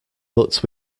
but